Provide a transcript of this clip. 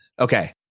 Okay